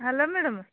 hello madam